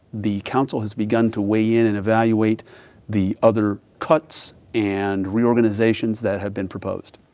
the council has begun to weigh in and evaluate the other cuts and reorganizations that have been proposed.